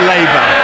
Labour